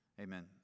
Amen